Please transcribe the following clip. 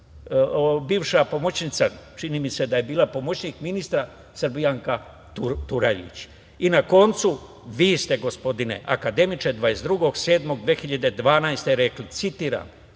bivša pomoćnica, čini mi se da je bila pomoćnik ministra, Srbijanka Turajlić. Na koncu, vi ste, gospodine akademiče, 22.7.2012. godine rekli, citiram